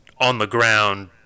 on-the-ground